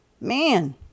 Man